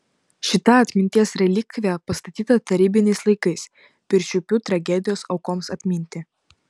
šita atminties relikvija pastatyta tarybiniais laikais pirčiupių tragedijos aukoms atminti